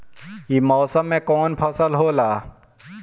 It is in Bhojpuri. ई मौसम में कवन फसल होला?